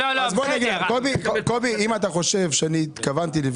לא התכוונתי חלילה